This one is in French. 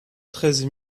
treize